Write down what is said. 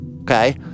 okay